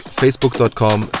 facebook.com